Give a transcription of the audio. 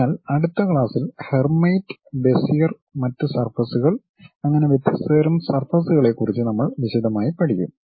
അതിനാൽ അടുത്ത ക്ലാസ്സിൽ ഹെർമൈറ്റ് ബെസിയർ മറ്റ് സർഫസ്കൾ അങ്ങനെ വ്യത്യസ്ത തരം സർഫസ്കളെക്കുറിച്ച് നമ്മൾ വിശദമായി പഠിക്കും